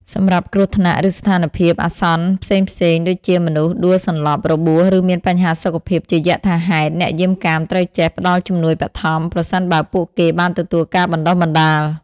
សម្រាប់គ្រោះថ្នាក់ ឬស្ថានភាពអាសន្នផ្សេងៗ ដូចជាមនុស្សដួលសន្លប់ របួស ឬមានបញ្ហាសុខភាពជាយថាហេតុ អ្នកយាមកាមត្រូវចេះ ផ្តល់ជំនួយបឋម ប្រសិនបើពួកគេបានទទួលការបណ្ដុះបណ្ដាល។